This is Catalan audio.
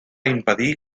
impedir